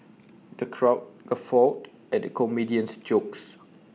the crowd guffawed at the comedian's jokes